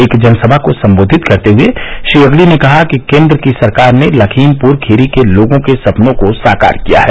एक जनसभा को सम्बोधित करते हुए श्री अगडी ने कहा कि केन्द्र की सरकार ने लखीमपुर खीरी के लोगों के सपनों को साकार किया है